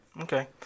Okay